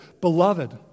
beloved